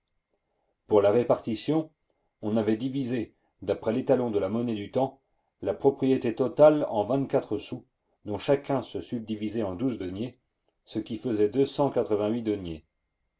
pour la répartition on avait divisé d'après l'étalon de la monnaie du temps la propriété totale en vingt-quatre sous dont chacun se subdivisait en douze deniers ce qui faisait deux cent quatre-vingt-huit deniers